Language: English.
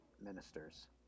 ministers